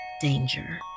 danger